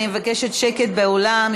אני מבקשת שקט באולם,